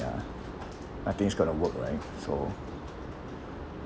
ya nothing is going to work right so